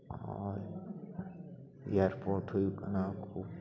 ᱟᱨ airport ᱦᱩᱭᱩᱜ ᱠᱟᱱᱟ ᱠᱷᱩᱵ